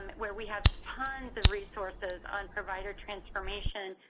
and where we have tons of resources on provider transformation,